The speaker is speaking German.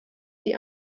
die